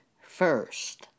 first